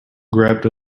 grabbed